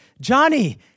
Johnny